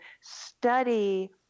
study